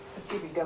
the cbw.